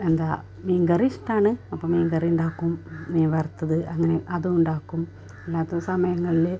എന്താ മീൻ കറി ഇഷ്ടമാണ് അപ്പം മീൻ കറി ഉണ്ടാക്കും മീൻ വറുത്തത് അങ്ങനെ അതുമുണ്ടാക്കും അല്ലാത്ത സമയങ്ങളിൽ